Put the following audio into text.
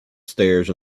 stairs